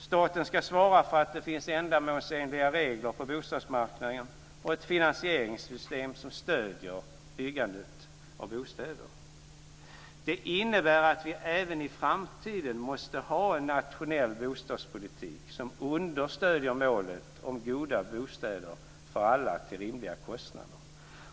Staten ska svara för att det finns ändamålsenliga regler på bostadsmarknaden och ett finansieringssystem som stöder byggandet av bostäder. Det innebär att vi även i framtiden måste ha en nationell bostadspolitik som understöder målet om goda bostäder för alla till rimliga kostnader.